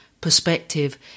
perspective